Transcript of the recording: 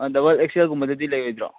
double ꯑꯦꯛ ꯁꯦꯜ ꯒꯨꯝꯕꯗꯗꯤ ꯂꯩꯔꯣꯏꯗ꯭ꯔꯣ